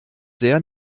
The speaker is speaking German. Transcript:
sehr